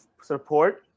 support